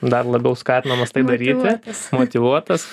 dar labiau skatinamas tai daryti motyvuotas